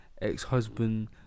ex-husband